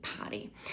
party